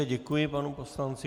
Děkuji panu poslanci.